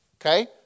Okay